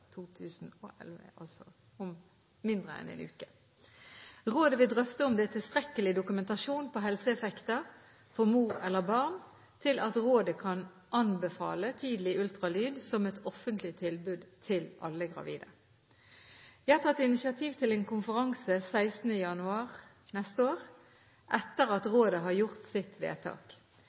2011, altså om mindre enn en uke. Rådet vil drøfte om det er tilstrekkelig dokumentasjon på helseeffekter for mor eller barn til at rådet kan anbefale tidlig ultralyd som et offentlig tilbud til alle gravide. Jeg har tatt initiativ til en konferanse 16. januar neste år, etter at rådet har gjort sitt vedtak.